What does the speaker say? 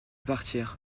partir